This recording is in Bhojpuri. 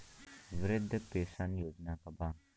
वृद्ध पेंशन योजना का बा?